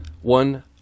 one